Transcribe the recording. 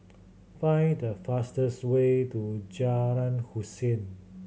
find the fastest way to Jalan Hussein